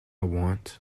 want